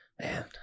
Man